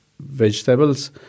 vegetables